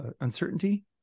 uncertainty